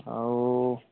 ଆଉ